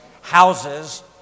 houses